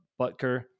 Butker